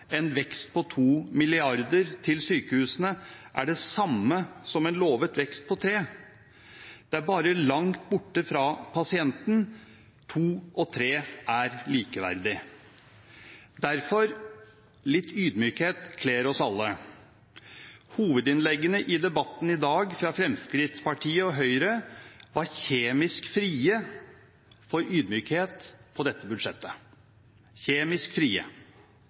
en vekst på 2 mrd. kr til sykehusene er det samme som en lovet vekst på 3 mrd. kr. Det er bare langt borte fra pasienten at to og tre er likeverdig. Derfor: Litt ydmykhet kler oss alle. Hovedinnleggene fra Fremskrittspartiet og Høyre i debatten i dag var kjemisk fri for ydmykhet om dette budsjettet – kjemisk